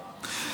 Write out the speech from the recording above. משתדל.